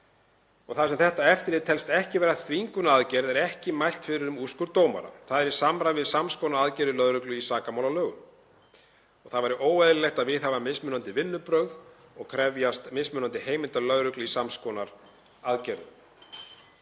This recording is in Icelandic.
Þar sem þetta eftirlit telst ekki vera þvingunaraðgerð er ekki mælt fyrir um úrskurð dómara. Það er í samræmi við sams konar aðgerðir lögreglu í sakamálalögum. Það væri óeðlilegt að viðhafa mismunandi vinnubrögð og krefjast mismunandi heimilda lögreglu í sams konar aðgerðum.